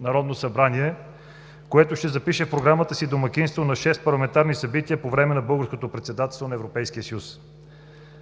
Народно събрание, което ще запише в програмата си домакинство на шест парламентарни събития по време на Българското председателство на Европейския съюз.